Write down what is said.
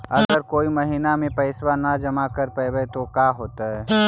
अगर कोई महिना मे पैसबा न जमा कर पईबै त का होतै?